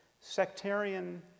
Sectarian